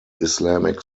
islamic